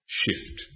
shift